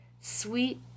Sweet